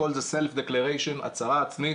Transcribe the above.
הכול זה הצהרה עצמית.